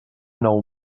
nou